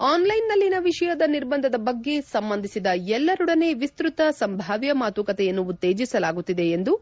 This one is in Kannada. ಹೆಡ್ ಆನ್ಲೈನ್ನಲ್ಲಿನ ವಿಷಯದ ನಿರ್ಬಂಧದ ಬಗ್ಗೆ ಸಂಬಂಧಿಸಿದ ಎಲ್ಲರೊಡನೆ ವಿಸ್ತತ ಸಂಭಾವ್ಯ ಮಾತುಕತೆಯನ್ನು ಉತ್ತೇಜಿಸಲಾಗುತ್ತಿದೆ ಎಂದು